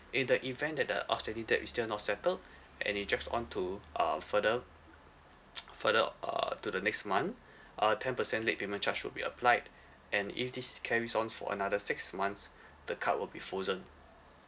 in the event that the outstanding debt is still not settled and it drags on to uh further further uh to the next month uh ten percent late payment charge will be applied and if this carries on for another six months the card will be frozen